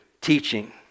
teaching